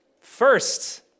First